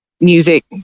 music